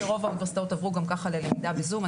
שרוב האוניברסיטאות עברו גם ככה ללמידה בזום.